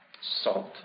Salt